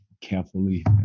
carefully